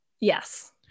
Yes